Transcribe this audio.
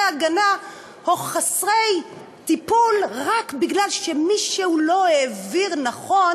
הגנה או חסרי טיפול רק מפני שמישהו לא העביר נכון